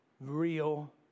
real